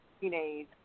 teenage